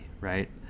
right